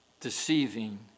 deceiving